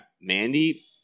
Mandy